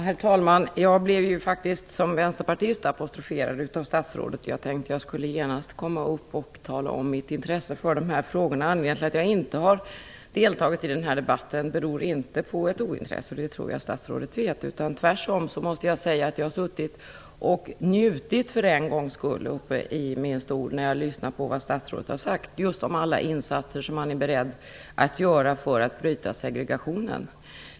Herr talman! Jag blev ju faktiskt som vänsterpartist apostroferad av statsrådet. Jag tänkte att jag genast skulle tala om mitt intresse för dessa frågor. Att jag inte har deltagit i den här debatten beror inte på ointresse. Det tror jag statsrådet vet. Jag måste säga att jag för en gångs skull har suttit och njutit i min stol när jag lyssnat på vad statsrådet har sagt om alla insatser som han är beredd att göra för att bryta segregationen.